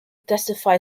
testify